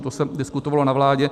To se diskutovalo na vládě.